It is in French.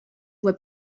voie